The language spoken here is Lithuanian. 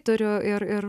turiu ir ir